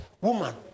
woman